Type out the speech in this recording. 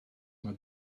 mae